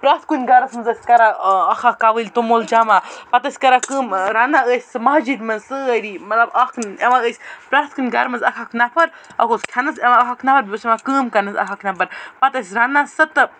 پریٚتھ کُنہِ گَرَس منٛز ٲسۍ کران اَکھ اَکھ کَوٕلۍ توٚمُل جما پتہٕ ٲسۍ کران کٲم رَنان ٲسۍ سٔہ مسجَد منٛز سٲری مطلب اَکھ یِوان ٲسۍ پریٚتھ کُنہِ گَرٕ منٛز اَکھ اَکھ نفر اَکھ اوس کھیٚنَس یِوان اَکھ اَکھ نفر بیٚیہِ اوس کٲم کَرنَس اَکھ اَکھ نفر پتہٕ ٲسۍ رَنان سٔہ تہٕ